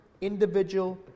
individual